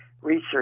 Research